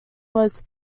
was